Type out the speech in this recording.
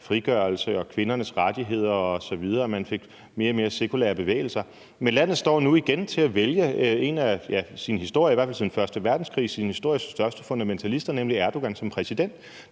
styrkelse af kvindernes rettigheder, og man fik mere og mere sekulære bevægelser osv., men landet står nu igen til at vælge en af sin histories – i hvert fald siden første verdenskrig – største fundamentalister, nemlig Erdogan, som præsident.